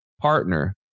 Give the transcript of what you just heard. partner